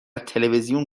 تلویزیون